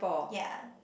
ya